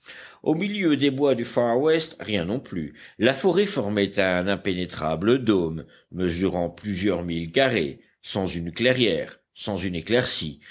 au milieu des bois du far west rien non plus la forêt formait un impénétrable dôme mesurant plusieurs milles carrés sans une clairière sans une éclaircie